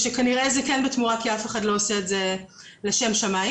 וכנראה זה בתמורה כי אף אחד לא עושה את זה לשם שמיים